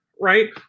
right